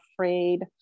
afraid